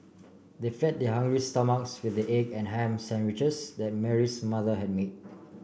they fed their hungry stomachs with the egg and ham sandwiches that Mary's mother had made